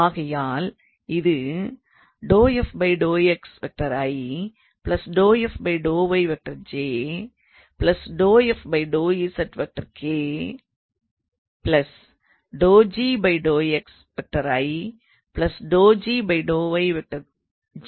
ஆகையால் இது என்றாகும்